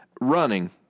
running